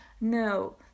No